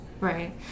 Right